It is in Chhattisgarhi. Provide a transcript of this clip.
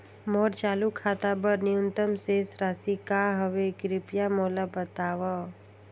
मोर चालू खाता बर न्यूनतम शेष राशि का हवे, कृपया मोला बतावव